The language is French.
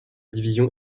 division